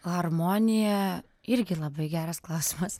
harmonija irgi labai geras klausimas